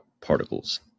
particles